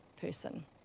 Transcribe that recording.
person